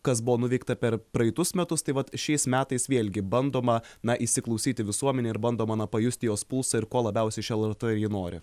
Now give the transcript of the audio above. kas buvo nuveikta per praeitus metus tai vat šiais metais vėlgi bandoma na įsiklausyt į visuomenę ir bandoma na pajusti jos pulsą ir ko labiausiai iš lrt ji nori